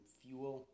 fuel